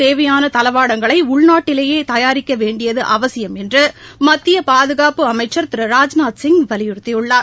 தேவையானதளவாடங்களைஉள்நாட்டிலேயேதயாரிக்கவேண்டியதுஅவசியம் ராணுவத்துக்குத் என்றுமத்தியபாதுகாப்பு அமைச்சர் திரு ராஜ்நாத்சிங் வலியுறுத்தியுள்ளார்